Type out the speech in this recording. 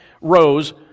rose